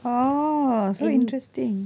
oh so interesting